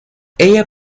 ella